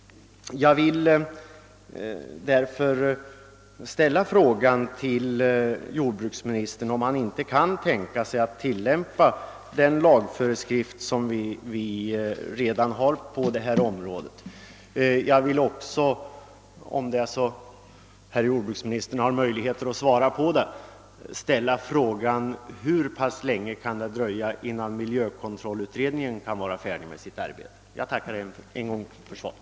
Därför vill jag fråga jordbruksministern, om han kan tänka sig att i det här sammanhanget tillämpa redan befintliga föreskrifter. Slutligen vill jag även ställa frågan hur pass länge det kan dröja innan miljökontrollutredningen blir färdig med sitt arbete. Jag tackar än en gång för svaret,